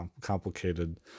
complicated